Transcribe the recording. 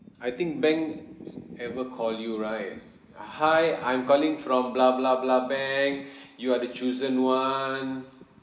I think bank ever call you right uh hi I'm calling from blah blah blah bank you are the chosen one